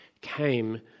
came